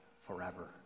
forever